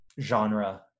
genre